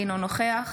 אינו נוכח